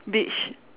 beach